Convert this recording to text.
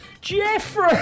Jeffrey